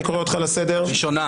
אני קורא אותך לסדר ---- ראשונה.